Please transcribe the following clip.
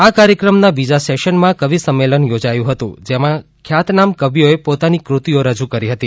આ કાર્યક્રમના બીજા સેશનમાં કવિ સંમેલન યોજાયું હતું જેમાં ખ્યાતનામ કવિઓએ પોતાની કૃતિઓ રજૂ કરી હતી